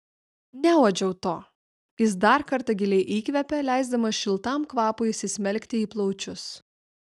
neuodžiau to jis dar kartą giliai įkvėpė leisdamas šiltam kvapui įsismelkti į plaučius